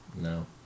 no